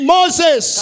Moses